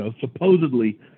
supposedly